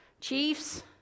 Chiefs